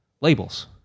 Labels